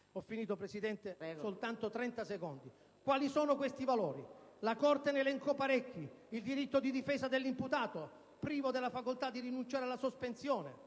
funzione pubblica in discorso. Quali sono questi valori? La Corte ne elencò parecchi: il diritto di difesa dell'imputato, privo della facoltà di rinunciare alla sospensione